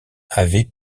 avaient